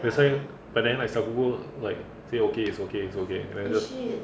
that's why but then like 小姑 like say okay it's okay it's okay